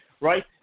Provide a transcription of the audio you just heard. right